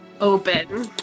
open